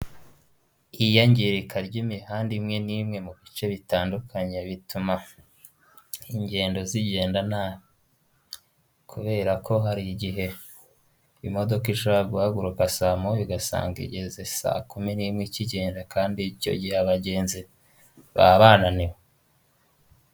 Iyangirika ry'imihanda imwe n'imwe mu bice bitandukanye, bituma ingendo zigenda nabi, kubera ko hari igihe imodoka ishobora guhaguruka saa moya, igasanga igeze saa kumi n'imwe ikigenda kandi icyo gihe abagenzi baba bananiwe.